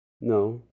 No